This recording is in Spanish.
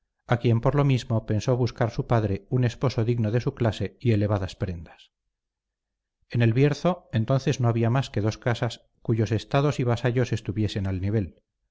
a quien por lo mismo pensó buscar su padre un esposo digno de su clase y elevadas prendas en el bierzo entonces no había más que dos casas cuyos estados y vasallos estuviesen al nivel